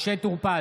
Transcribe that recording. נגד אחמד טיבי,